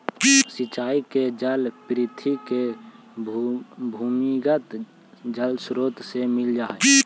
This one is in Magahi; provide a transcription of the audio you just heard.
सिंचाई के जल पृथ्वी के भूमिगत जलस्रोत से मिल जा हइ